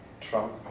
Trump